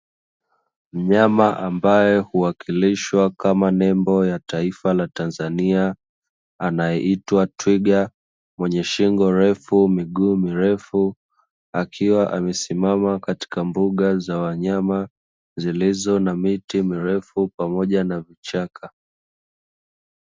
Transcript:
Mnyama ambaye huwakilishwa kama nembo ya taifa la tanzania, anayeitwa twiga mwenye shingo refu miguu mirefu akiwa amesimama katika mbuga za wanyama zilizo na miti mirefu pamoja na vichaka.